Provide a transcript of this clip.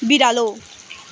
बिरालो